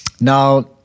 Now